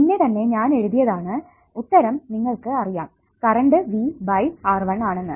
മുന്നേ തന്നെ ഞാൻ എഴുതിയത് ആണ് ഉത്തരം നിങ്ങൾക്ക് അറിയാം കറണ്ട് V ബൈ R1 ആണെന്ന്